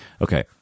Okay